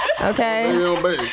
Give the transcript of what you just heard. okay